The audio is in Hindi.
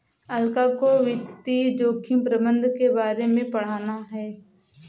अलका को वित्तीय जोखिम प्रबंधन के बारे में पढ़ना है